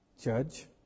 judge